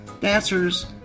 Dancers